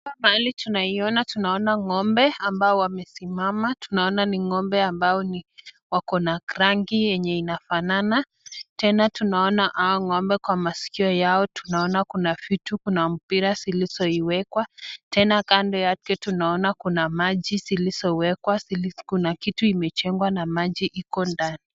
Mahali tunayoiona, tunaona ng'ombe ambao wamesimama. Tunaona ni ng'ombe ambao wako na rangi yenye inafanana. Tena tunaona ng'ombe kwa masikio yao tunaona kuna vitu kuna mpira zilisoiwekwa. Tena kando yake tunaona kuna maji zilizowekwa, kuna kitu imejengwa na maji iko ndani.